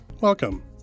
Welcome